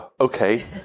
okay